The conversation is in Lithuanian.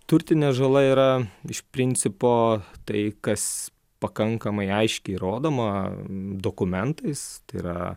turtinė žala yra iš principo tai kas pakankamai aiškiai įrodoma dokumentais tai yra